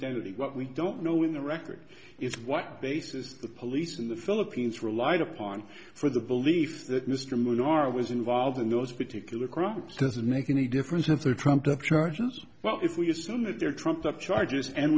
what we don't know in the record is what basis the police in the philippines relied upon for the belief that mr menar was involved in those particular crimes doesn't make any difference if they are trumped up charges but if we assume that their trumped up charges and